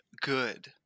good